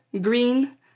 green